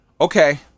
okay